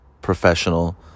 professional